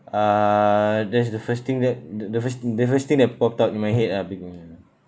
uh that's the first thing that th~ the first the first thing that popped up in my head ah